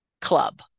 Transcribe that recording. club